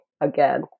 again